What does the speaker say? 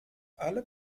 alle